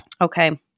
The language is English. okay